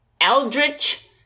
Eldritch